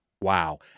Wow